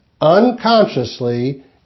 Unconsciously